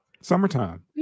Summertime